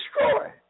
destroy